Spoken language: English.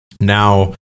now